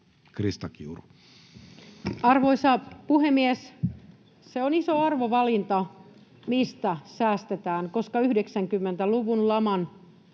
olkaa hyvä. Arvoisa puhemies! On iso arvovalinta, mistä säästetään, koska 90-luvun laman